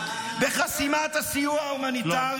בחסימת הסיוע ההומניטרי,